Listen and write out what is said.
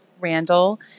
Randall